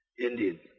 Indian